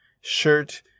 shirt